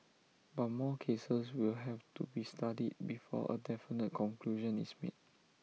but more cases will have to be studied before A definite conclusion is made